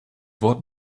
wort